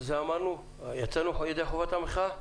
יצאנו ידי חובת המחאה?